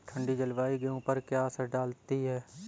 ठंडी जलवायु गेहूँ पर क्या असर डालती है?